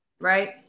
right